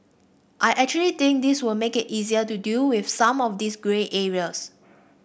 I actually think this will make it easier to deal with some of these grey areas